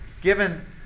given